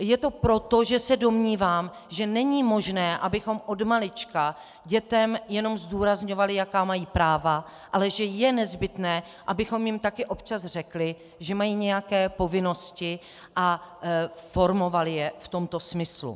Je to proto, že se domnívám, že není možné, abychom odmalička dětem jenom zdůrazňovali, jaká mají práva, ale že je nezbytné, abychom jim taky občas řekli, že mají nějaké povinnosti, a formovali je v tomto smyslu.